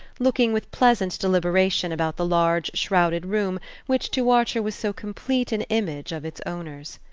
looking with pleasant deliberation about the large shrouded room which to archer was so complete an image of its owners.